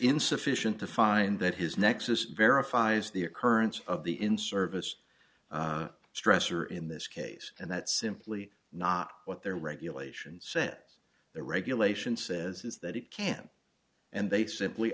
insufficient to find that his nexus verifies the occurrence of the in service stress or in this case and that's simply not what their regulations said the regulation says is that it can and they simply